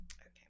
Okay